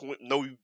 no